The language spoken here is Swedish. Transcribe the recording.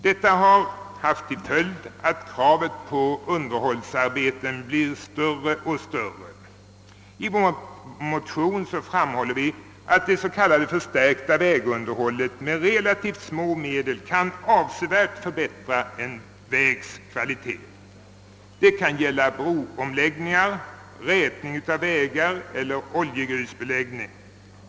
Detta har haft till följd att kravet på underhållsarbeten blir större och större. I vår motion framhåller vi att det s.k. förstärkta vägunderhållet med relativt små medel kan avsevärt förbättra en vägs kvalitet. Det kan gälla broomläggningar, rätning av vägar eller oljegrusbeläggning.